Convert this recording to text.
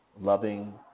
loving